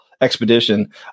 expedition